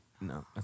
No